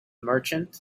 merchant